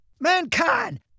Mankind